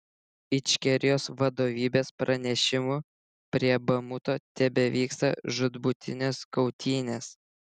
ičkerijos vadovybės pranešimu prie bamuto tebevyksta žūtbūtinės kautynės